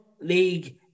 League